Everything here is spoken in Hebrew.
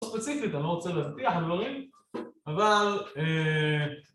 לא ספציפית, אני לא רוצה להבטיח דברים, אבל...